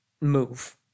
move